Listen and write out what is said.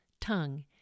tongue